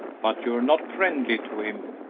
but you're not friendly to him.